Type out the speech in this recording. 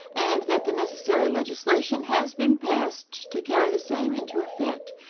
and that the necessary legislation has been passed to carry the same into effect,